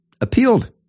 appealed